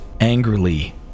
angrily